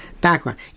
background